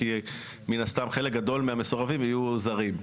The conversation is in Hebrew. כי מן הסתם חלק גדול מהמסורבים יהיו זרים.